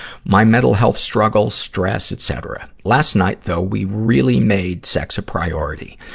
my mental health struggles, stress, etc. last night, though, we really made sex a priority.